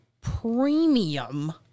premium